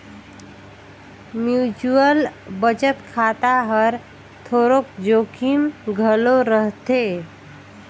mutual बचत खाता हर थोरोक जोखिम घलो रहथे